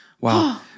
Wow